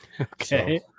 Okay